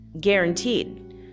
Guaranteed